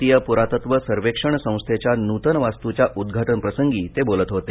भारतीय पुरातत्त्व सर्वेक्षण संस्थेच्या नृतन वास्तुच्या उद्घाटनप्रसंगी ते बोलत होते